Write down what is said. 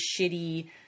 shitty